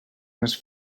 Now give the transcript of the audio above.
més